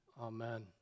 amen